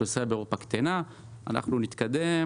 האוכלוסייה באירופה קטנה ואנחנו נתקדם